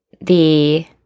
the-